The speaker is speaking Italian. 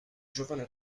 giovane